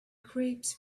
crepes